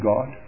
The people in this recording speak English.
God